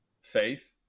faith